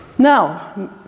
Now